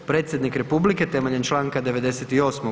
Predsjednik republike temeljem čl. 98.